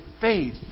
faith